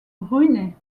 ruiné